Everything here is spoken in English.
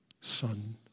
Son